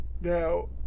Now